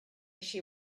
she